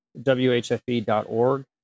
whfe.org